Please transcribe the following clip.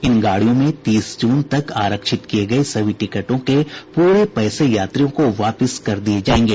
इन गाड़ियों में तीस जून तक आरक्षित किये गये सभी टिकटों के पूरे पैसे यात्रियों को वापिस कर दिये जायेंगे